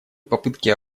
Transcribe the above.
попытки